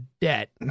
debt